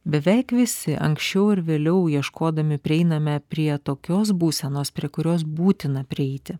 beveik visi anksčiau ar vėliau ieškodami prieiname prie tokios būsenos prie kurios būtina prieiti